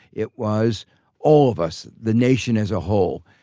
it was all of us the nation as a whole,